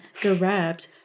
Grabbed